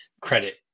credit